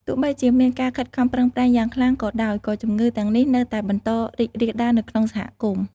ទោះបីជាមានការខិតខំប្រឹងប្រែងយ៉ាងខ្លាំងក៏ដោយ ក៏ជំងឺទាំងនេះនៅតែបន្តរីករាលដាលនៅក្នុងសហគមន៍។